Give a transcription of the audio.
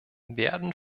werden